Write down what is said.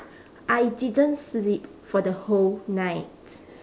I didn't sleep for the whole night